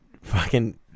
fucking-